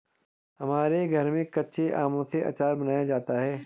हमारे घर में कच्चे आमों से आचार बनाया जाता है